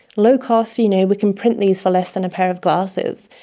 low-cost, you know, we can print these for less than a pair of glasses,